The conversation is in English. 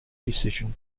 decision